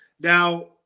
Now